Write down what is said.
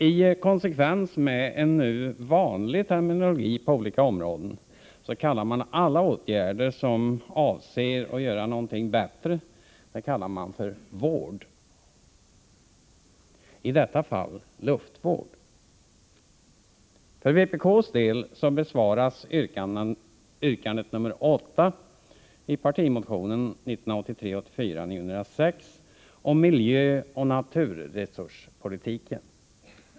I konsekvens med en nu vanlig terminologi på olika områden kallar man alla åtgärder som avser att göra någonting bättre för vård. I detta fall talas om luftvård. För vpk:s del besvaras yrkande nr 8 i partimotion 1983/84:906 om miljöoch naturresurspolitiken.